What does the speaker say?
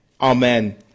amen